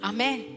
Amen